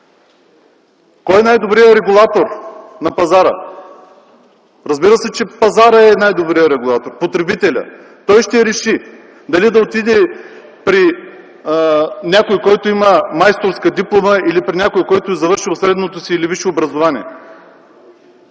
Кой е най-добрият регулатор на пазара? Разбира се, че пазарът е най-добрият регулатор, потребителят. Той ще реши дали да отиде при някого, който има майсторска диплома, или при някого, който е завършил средното си или висше образование.